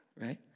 Right